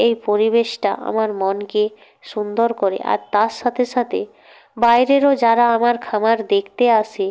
এই পরিবেশটা আমার মনকে সুন্দর করে আর তার সাথে সাথে বাইরেরও যারা আমার খামার দেখতে আসে